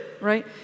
right